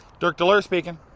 dirk d'ler speaking.